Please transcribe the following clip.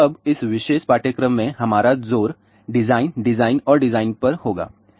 अब इस विशेष पाठ्यक्रम में हमारा जोर डिजाइन डिजाइन और डिजाइन पर होगा